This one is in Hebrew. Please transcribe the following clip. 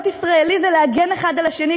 להיות ישראלי זה להגן האחד על השני.